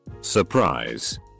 surprise